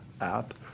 app